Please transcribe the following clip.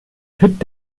hit